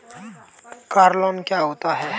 Car loan क्या होता है?